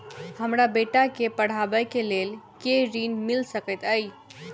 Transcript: हमरा बेटा केँ पढ़ाबै केँ लेल केँ ऋण मिल सकैत अई?